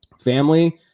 family